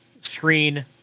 screen